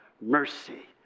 mercy